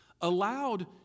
allowed